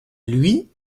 luye